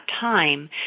time